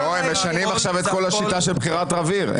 לא, הם משנים עכשיו את כל השיטה של בחירת רב עיר.